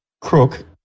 crook